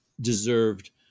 deserved